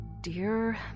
Dear